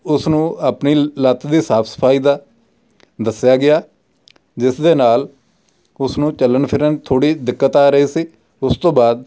ਉਸ ਨੂੰ ਆਪਣੀ ਲੱਤ ਦੀ ਸਾਫ਼ ਸਫ਼ਾਈ ਦਾ ਦੱਸਿਆ ਗਿਆ ਜਿਸ ਦੇ ਨਾਲ ਉਸ ਨੂੰ ਚੱਲਣ ਫਿਰਨ ਥੋੜ੍ਹੀ ਦਿੱਕਤ ਆ ਰਹੀ ਸੀ ਉਸ ਤੋਂ ਬਾਅਦ